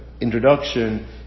introduction